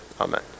amen